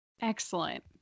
Excellent